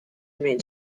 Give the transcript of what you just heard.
remain